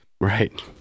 Right